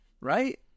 right